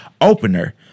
opener